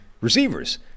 receivers